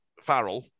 Farrell